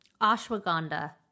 ashwagandha